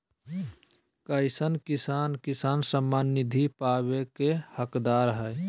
कईसन किसान किसान सम्मान निधि पावे के हकदार हय?